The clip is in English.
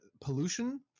pollution